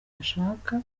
bashaka